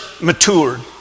matured